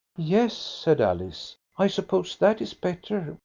yes, said alice. i suppose that is better,